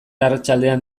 arratsaldean